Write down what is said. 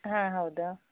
ಹಾಂ ಹೌದು